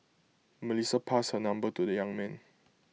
Melissa passed her number to the young man